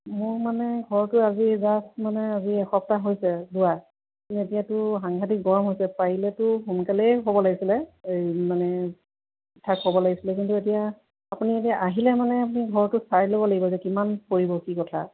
মোৰ মানে ঘৰটো আজি জাষ্ট মানে আজি এসপ্তাহ হৈছে লোৱা কিন্তু এতিয়াতো সাংঘাটিক গৰম হৈছে পাৰিলেতো সোনকালেই হ'ব লাগিছিলে এই মানে ঠাক হ'ব লাগিছিলে কিন্তু এতিয়া আপুনি এতিয়া আহিলে মানে আপুনি ঘৰটো চাই ল'ব লাগিব এতিয়া কিমান পৰিব কি কথা